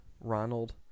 Ronald